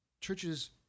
churches